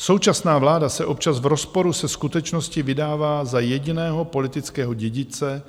Současná vláda se občas v rozporu se skutečností vydává za jediného politického dědice